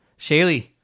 Shaylee